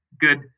good